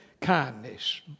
kindness